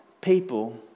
people